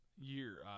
year